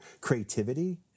creativity